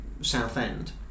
Southend